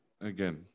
again